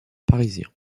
parisien